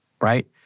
right